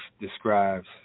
describes